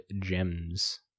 gems